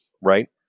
right